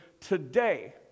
today